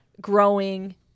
growing